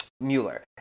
Mueller